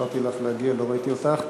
אני מתנצל שלא אפשרתי לך להגיע, לא ראיתי אותך.